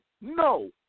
no